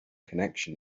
connection